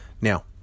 Now